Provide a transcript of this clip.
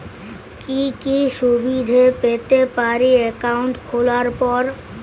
কি কি সুবিধে পেতে পারি একাউন্ট খোলার পর?